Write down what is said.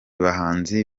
bahanzi